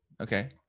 Okay